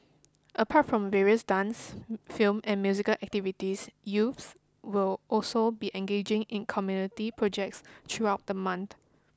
apart from various dance film and musical activities youths will also be engaging in community projects throughout the month